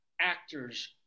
actors